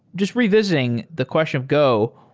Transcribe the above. just revisiting the question of go,